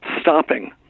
stopping